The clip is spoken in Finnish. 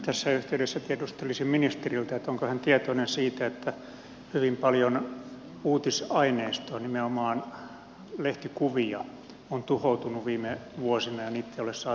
tässä yhteydessä tiedustelisin ministeriltä onko hän tietoinen siitä että hyvin paljon uutisaineistoa nimenomaan lehtikuvia on tuhoutunut viime vuosina ja sitä ei ole saatu digitalisoitua